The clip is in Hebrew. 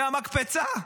מהמקפצה,